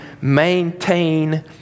maintain